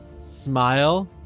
smile